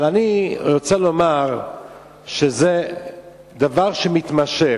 אבל אני רוצה לומר שזה דבר שמתמשך.